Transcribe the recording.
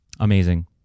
Amazing